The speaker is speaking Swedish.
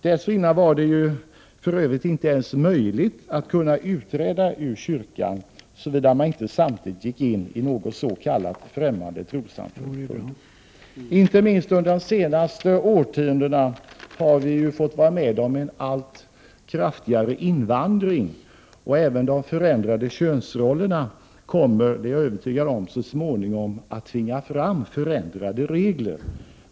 Dessförinnan var det ju för övrigt inte ens möjligt att utträda ur kyrkan, så vida man inte samtidigt gick in i något s.k. främmande trossamfund. Inte minst under de senaste årtiondena har vi fått vara med om en allt kraftigare invandring. Även de förändrade könsrollerna kommer-— det är jag övertygad om — så småningom att tvinga fram förändrade regler.